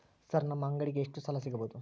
Sir ನಮ್ಮ ಅಂಗಡಿಗೆ ಎಷ್ಟು ಸಾಲ ಸಿಗಬಹುದು?